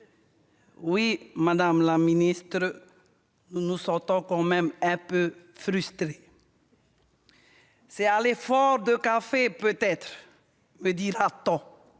Oui, madame la ministre, nous nous sentons quand même un peu frustrés ...« C'est aller fort de café », me dira-t-on